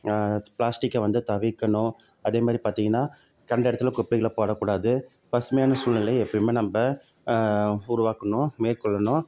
ப்ளாஸ்டிக்கை வந்து தவிர்க்கணும் அதேமாதிரி பார்த்தீங்கன்னா கண்ட இடத்துல குப்பைகளை போடக்கூடாது பசுமையான சூழ்நிலை எப்போயுமே நம்ம உருவாக்கணும் மேற்கொள்ளணும்